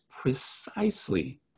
precisely